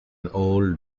old